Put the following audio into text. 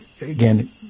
again